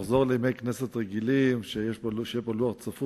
שעכשיו פתאום מקבלים החלטות על אסירי "חמאס",